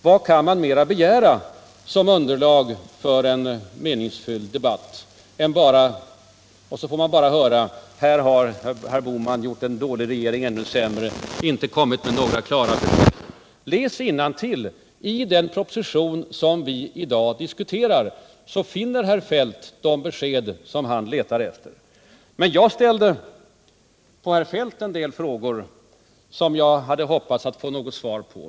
Vad kan man mer begära som underlag för en meningsfylld debatt? Och sedan får man bara höra att här har herr Bohman gjort en dålig regering ännu sämre; han har inte kommit med några klara besked. Läs innantill i den proposition som vi i dag diskuterar! Där finner herr Feldt de besked som han här efterlyser. Men jag ställde en del frågor till herr Feldt som jag hade hoppats att få något svar på.